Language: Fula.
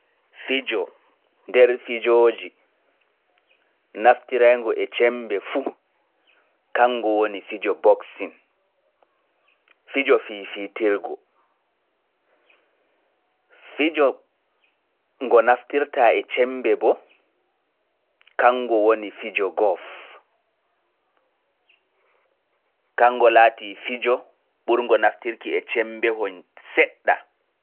Fijo kuutiniraingo e cemmbe kango woni fijo boxing. Fijo bo ngo huutinirta e cemmbe kango woni fijo Golf.